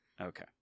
Okay